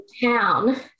town